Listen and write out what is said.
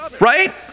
right